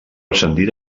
ascendit